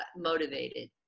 motivated